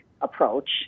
approach